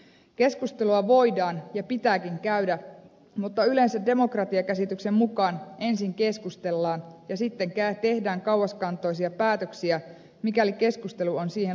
keskustelua voidaan ja pitääkin käydä mutta yleensä demokratiakäsityksen mukaan ensin keskustellaan ja sitten tehdään kauaskantoisia päätöksiä mikäli keskustelu on siihen lopputulemaan johtanut